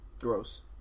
Gross